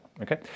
Okay